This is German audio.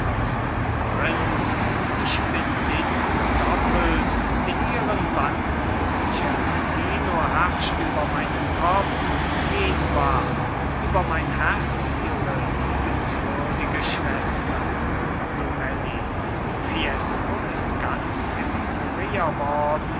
prinz ich bin itzt doppelt in ihren banden gianettino herrscht über meinen kopf und genua über mein herz ihre liebenswürdige schwester lomellin fiesco ist ganz